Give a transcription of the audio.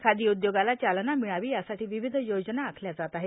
खादी उद्योगाला चालना मिळावी यासाठी विविध योजना आखल्या जात आहेत